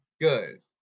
Good